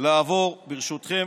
לעבור ברשותכם